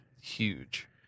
huge